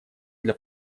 для